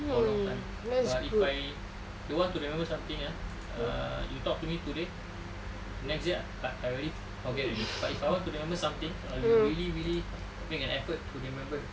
for a long time but if I don't want to remember something ah err you talk to me today next day I already forget already but if I want to remember something I will really really make an effort to remember the thing